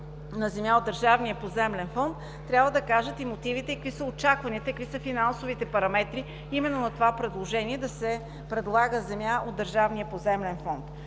на земя от Държавния поземлен фонд, трябва да кажат и мотивите, и какви са очакванията, и какви са финансовите параметри именно на това предложение да се предлага земя от Държавния поземлен фонд.